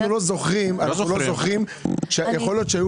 אנחנו לא זוכרים יכול להיות שהיו